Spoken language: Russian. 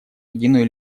единую